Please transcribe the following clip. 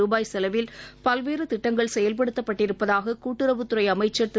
ரூபாய் செலவில் பல்வேறு திட்டங்கள் செயல்படுத்தப்பட்டிருப்பதாக கூட்டுறவுத்துறை அமைச்சர் திரு